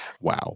Wow